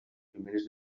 primeres